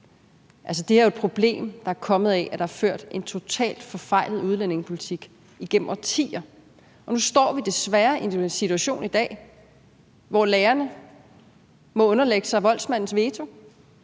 er jo et problem, der er kommet af, at der er ført en totalt forfejlet udlændingepolitik igennem årtier. Og nu står vi desværre i en situation i dag, hvor lærerne må underlægge sig voldsmandens veto